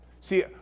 See